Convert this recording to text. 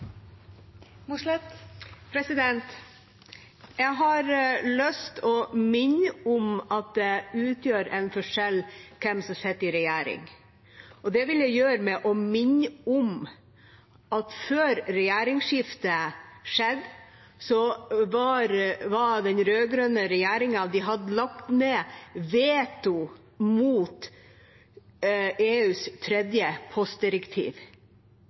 utgjør en forskjell hvem som sitter i regjering. Det vil jeg gjøre ved å minne om at før regjeringsskiftet hadde den rød-grønne regjeringa lagt ned veto mot EUs tredje postdirektiv.